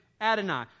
Adonai